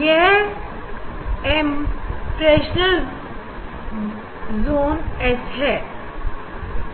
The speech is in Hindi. यह एम फ्रेशनर जून एस है